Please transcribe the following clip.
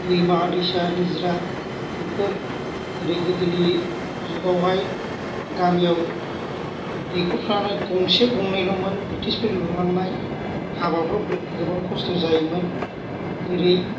दैमा दैसा निजोरा बेफोर जेरै गोदोनि जुगावहाय गामियाव दैखरफ्रानो गंसे गंनैल'मोन ब्रिटिशफोर लुलांनाय हाबाफ्राव गोबां खस्थ' जायोमोन जेरै